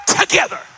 together